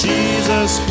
Jesus